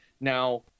Now